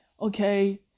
okay